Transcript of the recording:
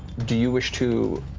do you wish to